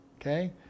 Okay